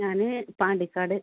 ഞാൻ പാലക്കാട്